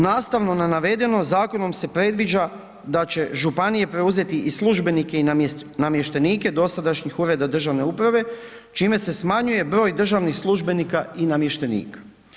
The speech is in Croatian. Nastavno na navedeno zakonom se predviđa da će županije preuzeti i službenike i namještenike dosadašnjih ureda državne uprave čime se smanjuje broj državnih službenika i namještenika.